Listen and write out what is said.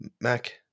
Mac